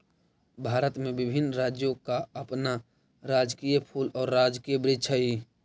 भारत में विभिन्न राज्यों का अपना राजकीय फूल और राजकीय वृक्ष हई